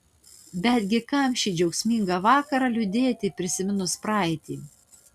betgi kam šį džiaugsmingą vakarą liūdėti prisiminus praeitį